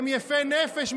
הם יפי נפש,